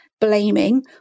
blaming